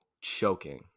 choking